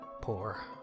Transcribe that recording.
poor